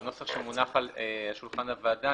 בנוסח שמונח על שולחן הוועדה,